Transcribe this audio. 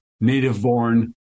native-born